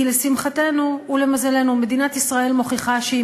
כי לשמחתנו ולמזלנו מדינת ישראל מוכיחה שהיא